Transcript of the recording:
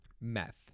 meth